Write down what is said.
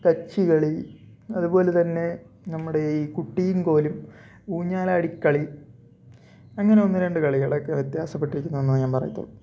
കച്ചികളി അതുപോലെതന്നെ നമ്മുടെ ഈ കുട്ടിയും കോലും ഊഞ്ഞാലാടിക്കളി അങ്ങനെ ഒന്ന് രണ്ട് കളികളൊക്കെ വ്യത്യാസപ്പെട്ടിരിക്കുന്നു എന്നേ ഞാൻ പറയത്തുള്ളു